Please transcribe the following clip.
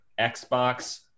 Xbox